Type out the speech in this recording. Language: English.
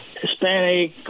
Hispanic